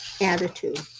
attitude